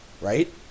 Right